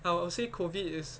I will say COVID is